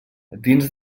dins